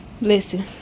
Listen